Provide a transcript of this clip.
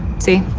see?